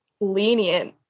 lenient